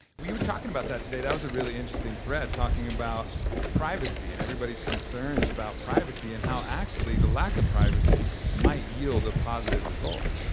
we were talking about that today. that was a really interesting thread. talking about privacy, and everybody's concerns about privacy, and how actually, the lack of privacy might yield a positive result.